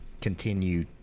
continue